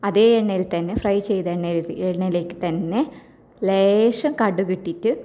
അതേ എണ്ണയില് തന്നെ ഫ്രൈ ചെയ്ത എണ്ണയിലേക്ക് തന്നെ ലേശം കടുകിട്ടിട്ട്